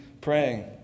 praying